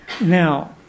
Now